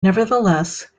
nevertheless